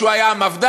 כשהוא היה המפד"ל,